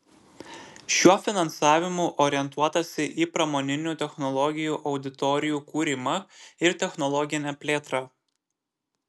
šiuo finansavimu orientuotasi į pramoninių technologijų auditorijų kūrimą ir technologinę plėtrą